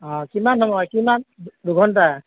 অঁ কিমান সময় কিমান দুঘণ্টা